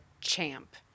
champ